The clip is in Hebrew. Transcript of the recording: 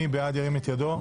מי בעד ירים את ידו.